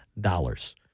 dollars